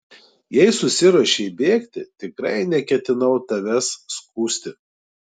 jei susiruošei bėgti tikrai neketinau tavęs skųsti